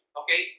okay